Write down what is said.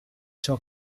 ciò